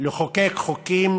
לחוקק חוקים